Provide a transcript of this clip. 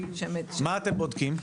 מה אתם בודקים?